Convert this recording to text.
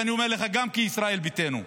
ואני אומר לך גם כישראל ביתנו: